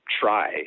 try